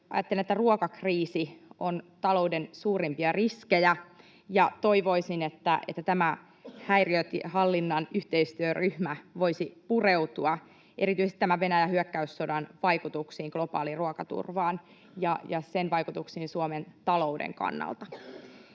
ajattelen, että ruokakriisi on talouden suurempia riskejä, ja toivoisin, että tämä häiriönhallinnan yhteistyöryhmä voisi pureutua erityisesti tämän Venäjän hyökkäyssodan vaikutuksiin, globaaliin ruokaturvaan ja sen vaikutuksiin Suomen talouden kannalta.